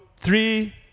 three